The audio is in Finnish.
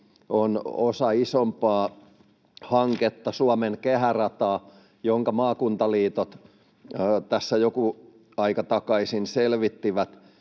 on osa isompaa hanketta, Suomen kehärataa, jonka maakuntaliitot tässä joku aika takaisin selvittivät.